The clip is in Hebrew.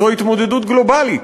זו התמודדות גלובלית,